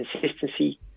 Consistency